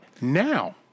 Now